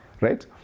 right